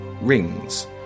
rings